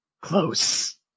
Close